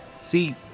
See